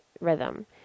rhythm